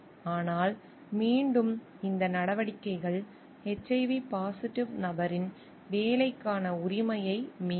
ஆனால் மீண்டும் இந்த நடவடிக்கைகள் HIV பாசிட்டிவ் நபரின் வேலைக்கான உரிமையை மீறும்